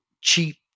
cheap